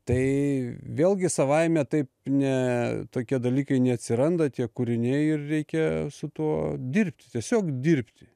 tai vėlgi savaime taip ne tokie dalykai neatsiranda tie kūriniai ir reikia su tuo dirbti tiesiog dirbti